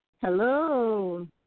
Hello